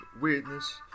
weirdness